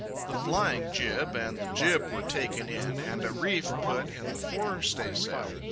the flying-jib and the jib were taken in, and a reef put in the fore-staysail.